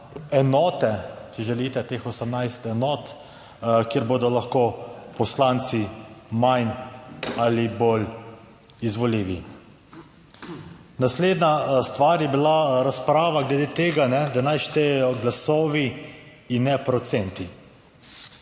enote, če želite, teh 18 enot, kjer bodo lahko poslanci manj ali bolj izvoljivi. Naslednja stvar je bila razprava glede tega, da naj štejejo glasovi in ne procenti.